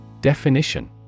Definition